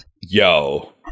Yo